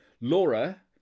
Laura